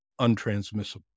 untransmissible